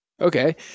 Okay